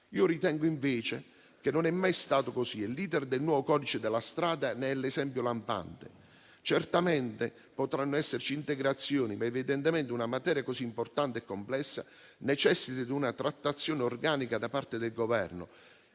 Io ritengo, invece, che non sia mai stato così e l'*iter* del nuovo codice della strada ne è l'esempio lampante. Certamente potranno esserci integrazioni, ma evidentemente una materia così importante e complessa necessita di una trattazione organica da parte del Governo,